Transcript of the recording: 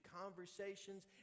conversations